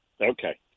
Okay